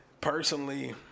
Personally